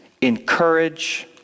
encourage